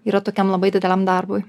yra tokiam labai dideliam darbui